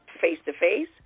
face-to-face